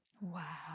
Wow